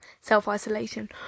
self-isolation